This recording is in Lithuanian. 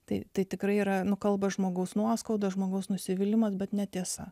tai tai tikrai yra nukalba žmogaus nuoskauda žmogaus nusivylimas bet netiesa